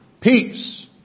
peace